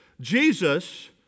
Jesus